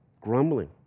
grumbling